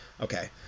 Okay